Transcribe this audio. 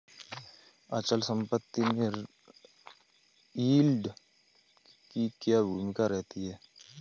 अचल संपत्ति में यील्ड की क्या भूमिका रहती है?